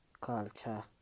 Culture